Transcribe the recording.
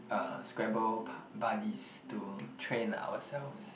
uh scrabble buddies to train ourselves